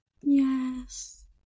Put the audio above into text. Yes